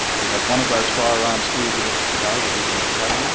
we have one of those firearms here with us today that we can show yeah